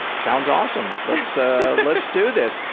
sounds awesome. let's so let's do this.